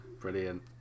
Brilliant